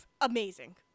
amazing